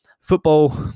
football